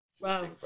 Wow